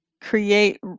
create